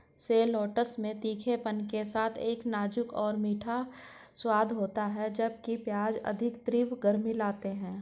shallots में तीखेपन के साथ एक नाजुक और मीठा स्वाद होता है, जबकि प्याज अधिक तीव्र गर्मी लाते हैं